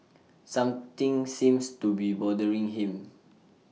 something seems to be bothering him